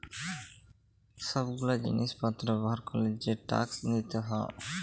সব গুলা জিলিস পত্র ব্যবহার ক্যরলে যে ট্যাক্স দিতে হউ